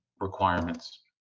requirements